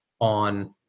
on